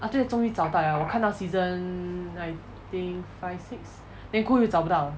after that 终于找到 liao 我看到 season I think five six then 过后又找不到